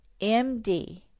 MD